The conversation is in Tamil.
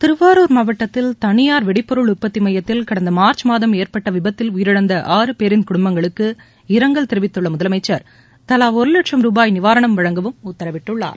திருவாரூர் மாவட்டத்தில் தனியார் வெடிபொருள் உற்பத்தி மையத்தில் கடந்த மார்ச் மாதம் ஏற்பட்ட விபத்தில் உயிரிழந்த ஆறு பேரின் குடும்பங்களுக்கு இரங்கல் தெரிவித்துள்ள முதலமைச்சர் தவா ஒரு லட்சம் ருபாய் நிவாரணம் வழங்கவும் உத்தரவிட்டுள்ளார்